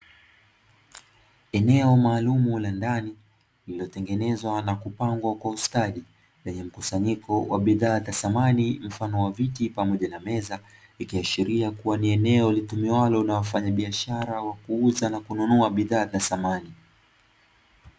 Eneo maalumu la ndani lililotengenezwa na kupangwa kwa ustadi, lenye mkusanyiko wa bidhaa za samani mfano wa viti pamoja na meza, ikiashiria kuwa ni eneo litumiwalo na wafanyabiashara wa kuuza na kununua bidhaa za samani.